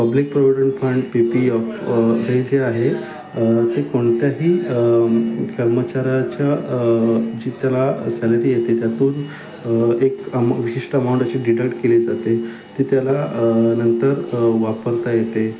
public provident fund P P F हे जे आहे ते कोणत्याही कर्मचाऱ्याच्या जी त्याला सॅलरी येते त्यातून एक अम विशिष्ट अमाऊंट अशी डिडक्ट केली जाते ते त्याला नंतर वापरता येते